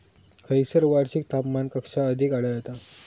खैयसर वार्षिक तापमान कक्षा अधिक आढळता?